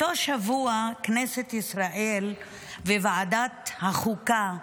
באותו שבוע כנסת ישראל קיימה דיון בוועדת החוקה.